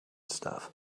stuff